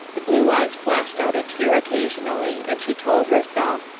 the blue eyes flashed out a tear occasionally, and she told herself,